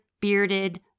bearded